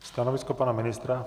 Stanovisko pana ministra?